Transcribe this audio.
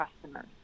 customers